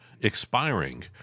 expiring